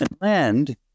Land